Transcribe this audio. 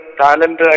talent